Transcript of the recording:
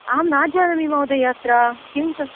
अहं न जानामि महोदय अत्र किं कर्तुं